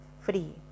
free